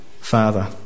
Father